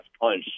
punch